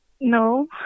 No